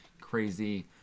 crazy